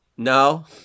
No